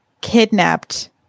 kidnapped